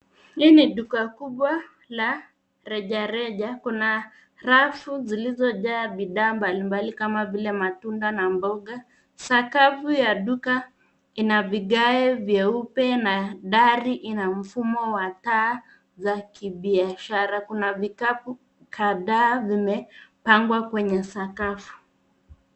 Hii ni duka kubwa la rejareja. Kuna rafu zilizoaa bidhaa mbali mbali kama vile matunda na mboga. Sakafu ya duka ina vigae vyeupe na dari ina mfumo wa taa za kibiashara. Kuna vikapu kadhaa vimepangwa kwenye sakafu.